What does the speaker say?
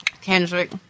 Kendrick